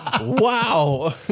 Wow